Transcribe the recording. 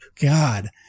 God